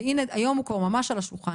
והנה, היום הוא כבר ממש על השולחן.